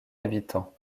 habitants